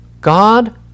God